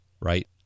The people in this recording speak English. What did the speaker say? right